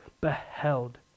beheld